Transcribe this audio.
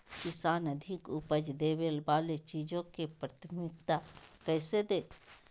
किसान अधिक उपज देवे वाले बीजों के प्राथमिकता कैसे दे?